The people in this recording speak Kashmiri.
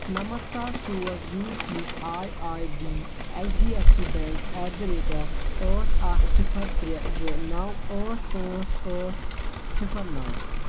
نَمتھ ساس سوز U C I I D H D F C bank at the rate of ٲٹھ اَکھ صِفر ترٛےٚ زٕ نَو ٲٹھ پانٛژھ ٲٹھ صِفر نَو